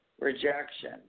Rejection